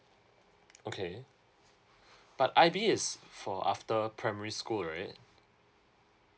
okay but I_B is for after primary school right